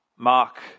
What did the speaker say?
Mark